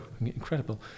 Incredible